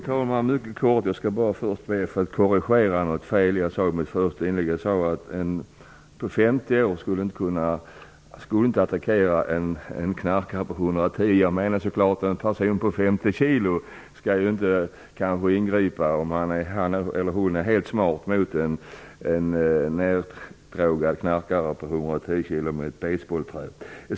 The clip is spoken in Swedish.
Fru talman! Låt mig bara kort korrigera en felsägning. Jag sade att en person på 50 år inte skulle attackera en knarkare på 110 kg. Jag menade så klart en person på 50 kg. En sådan ingriper inte, om han eller hon är helt smart, mot en nerdrogad knarkare på 110 kg som svänger ett basebollträ.